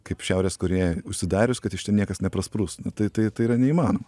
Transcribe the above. kaip šiaurės korėja užsidarius kad iš ten niekas neprasprūs nu tai tai tai yra neįmanoma